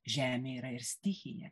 žemė yra ir stichija